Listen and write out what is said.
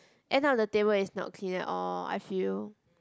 end up the table is not clean at all I feel